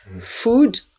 food